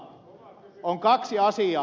mutta on kaksi asiaa